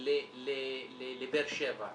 לבאר שבע.